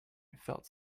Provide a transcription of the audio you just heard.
felt